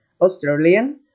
Australian